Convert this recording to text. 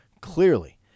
clearly